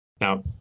Now